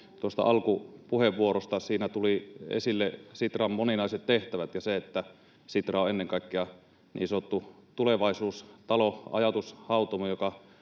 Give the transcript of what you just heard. tuosta alkupuheenvuorosta. Siinä tuli esille Sitran moninaiset tehtävät ja se, että Sitra on ennen kaikkea niin sanottu tulevaisuustalo, ajatushautomo,